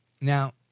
Now